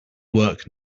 work